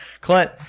Clint